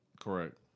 Correct